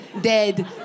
Dead